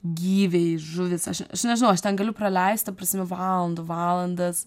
gyviai žuvys aš aš nežinau aš ten galiu praleist ta prasme valandų valandas